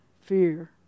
fear